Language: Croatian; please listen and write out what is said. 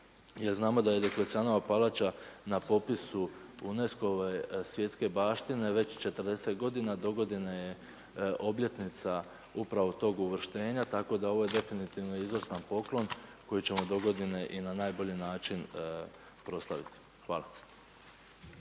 znamo da je Dioklecijanova palača na popisu UNESCO-ve svjetske baštine već 40 godina, dogodine je obljetnica upravo tog uvrštenja, tako da ovo je definitivno izvrstan poklon koji ćemo dogodine i na najbolji način proslaviti. Hvala.